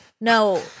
No